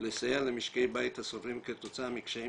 לסייע למשקי בית הסובלים כתוצאה מקשיים